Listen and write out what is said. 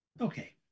Okay